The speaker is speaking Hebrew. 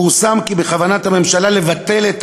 לפני כמה ימים פורסם כי בכוונת הממשלה לבטל את